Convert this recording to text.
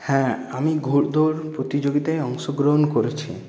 হ্যাঁ আমি ঘোড়দৌড় প্রতিযোগিতায় অংশগ্রহণ করেছি